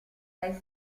sei